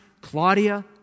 Claudia